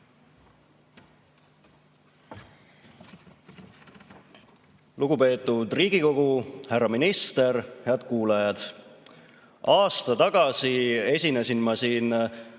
Lugupeetud Riigikogu! Härra minister! Head kuulajad! Aasta tagasi esinesin ma siin